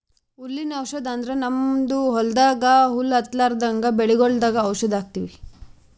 ಹುಲ್ಲಿನ್ ಔಷಧ್ ಅಂದ್ರ ನಮ್ಮ್ ಹೊಲ್ದಾಗ ಹುಲ್ಲ್ ಹತ್ತಲ್ರದಂಗ್ ಬೆಳಿಗೊಳ್ದಾಗ್ ಔಷಧ್ ಹಾಕ್ತಿವಿ